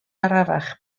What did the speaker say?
arafach